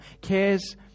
cares